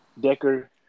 Decker